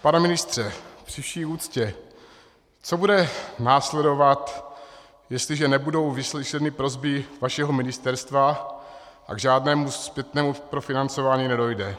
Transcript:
Pane ministře, při vší úctě, co bude následovat, jestliže nebudou vyslyšeny prosby vašeho ministerstva a k žádnému zpětnému profinancování nedojde?